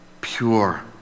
pure